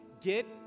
get